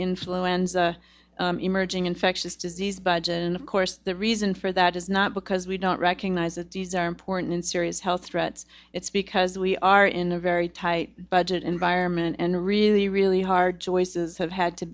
influenza emerging infectious disease budget and of course the reason for that is not because we don't recognize that these are important and serious health threats it's because we are in a very tight budget environment and really really hard choices have had to